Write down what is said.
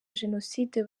jenoside